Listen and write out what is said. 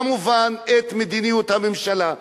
כמובן את מדיניות הממשלה.